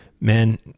Man